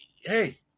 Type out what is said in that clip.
hey